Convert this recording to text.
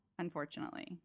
unfortunately